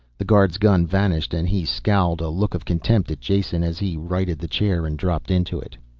the guard's gun vanished and he scowled a look of contempt at jason, as he righted the chair and dropped into it.